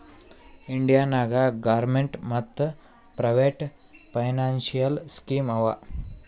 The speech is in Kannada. ಇಂಡಿಯಾ ನಾಗ್ ಗೌರ್ಮೇಂಟ್ ಮತ್ ಪ್ರೈವೇಟ್ ಫೈನಾನ್ಸಿಯಲ್ ಸ್ಕೀಮ್ ಆವಾ